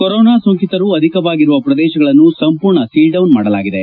corona ಸೋಂಟಿತರು ಅಧಿಕವಾಗಿರುವ ಪ್ರದೇಶಗಳನ್ನು ಸಂಪೂರ್ಣ ಸೀಲ್ಡೌನ್ ಮಾಡಲಾಗಿದೆ